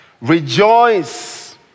rejoice